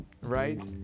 right